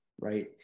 right